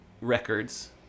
records